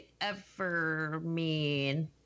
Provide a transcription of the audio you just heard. Evermean